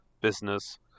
business